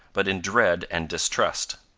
but in dread and distrust.